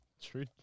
True